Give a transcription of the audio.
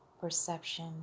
perception